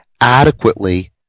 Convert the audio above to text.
adequately